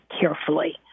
carefully